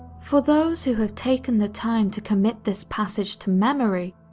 for those who have taken the time to commit this passage to memory,